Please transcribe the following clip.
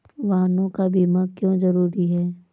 वाहनों का बीमा क्यो जरूरी है?